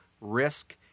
risk